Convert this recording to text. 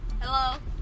Hello